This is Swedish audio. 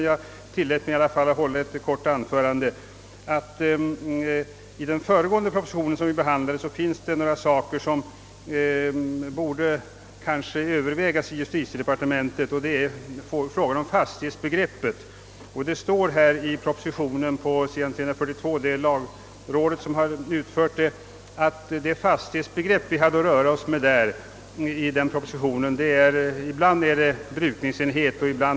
Jag vill nu gärna framhålla — delvis i anslutning till den proposition nr 128 med förslag till lag om vissa gemensamhetsanläggningar m.m. som vi nyss behandlade — att frågan om fastighetsbegreppet borde övervägas i justitiedepartementet. På s. 342 i propositionen återges ett uttalande av lagrådet, att det i och för sig »är mindre tillfredsställande, att ett och samma uttryck har olika innebörd på skilda ställen i samma lag».